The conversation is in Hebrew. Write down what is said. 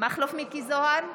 מכלוף מיקי זוהר,